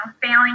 failing